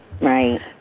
Right